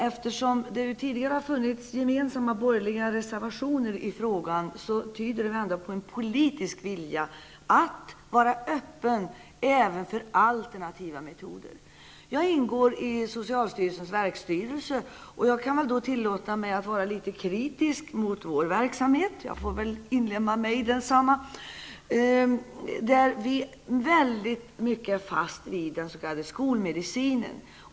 Eftersom det tidigare har funnits gemensamma borgerliga reservationer i frågan, tyder det väl ändå på en politisk vilja att vara öppen även för alternativa metoder. Jag ingår i socalstyrelsens verksstyrelse. Och jag kan tillåta mig att vara litet kritisk mot vår verksamhet. Jag får alltså inlemma mig i denna kritik. I socialstyrelsens verksstyrelse är vi väldigt mycket fast i den s.k. skolmedicinen.